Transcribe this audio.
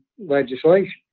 Legislation